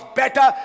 better